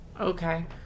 Okay